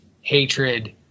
hatred